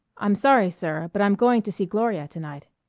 i'm sorry, sir, but i'm going to see gloria to-night.